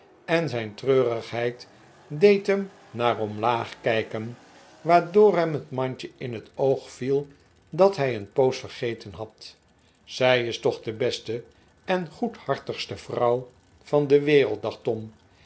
en zijn treurigheid deed hem naar omlaag kijken waardoor hem het mandje in het oog viel dat hij een poos vergeten had zij is toch de beste en goedhartigste vrouw van de wereld dacht tom